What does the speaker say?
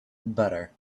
butter